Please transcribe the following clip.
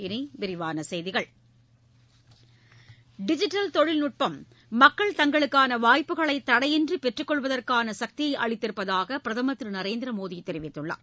இனி விரிவான செய்திகள் டிஜிட்டல் தொழில்நுட்பம் மக்கள் தங்களுக்கான வாய்ப்புகளை தடையின்றி பெற்றுக்கொள்வதற்கான சக்தியை அளித்திருப்பதாக பிரதமர் திரு நரேந்திர மோடி தெரிவித்துள்ளார்